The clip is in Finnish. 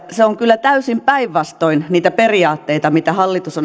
se on kyllä täysin vastoin niitä periaatteita mitä hallitus on antanut